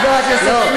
תחפש את,